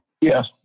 Yes